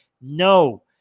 no